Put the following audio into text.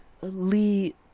Lee